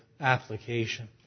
application